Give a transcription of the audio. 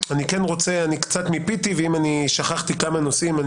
קצת מיפיתי ואם שכחתי כמה נושאים,